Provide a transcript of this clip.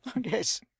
Yes